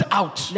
out